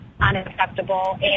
unacceptable